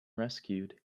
rescued